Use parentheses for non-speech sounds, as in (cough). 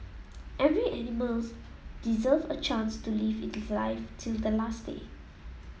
(noise) every animals deserve a chance to live its life till the last day